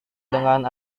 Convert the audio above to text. dengan